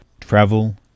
travel